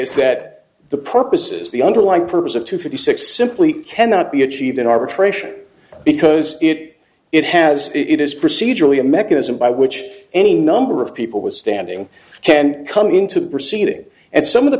that the purposes the underlying purpose of two fifty six simply cannot be achieved in arbitration because it it has it is procedurally a mechanism by which any number of people with standing can come into the proceeding and some of the